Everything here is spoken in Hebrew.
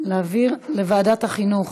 להעביר לוועדת החינוך.